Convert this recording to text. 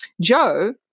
Joe